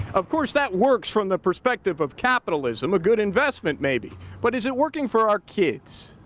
of course that works from the perspective of capitalism, a good and development, maybe, but is it working for our kids?